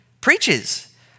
preaches